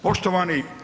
Poštovani.